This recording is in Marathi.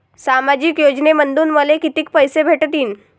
सामाजिक योजनेमंधून मले कितीक पैसे भेटतीनं?